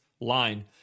line